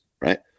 right